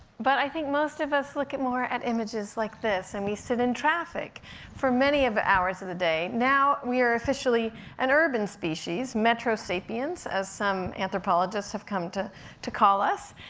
but i think most of us look at more images like this, and we sit in traffic for many of hours of the day. now, we are officially an urban species, metrosapiens as some anthropologists have come to to call us.